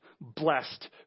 blessed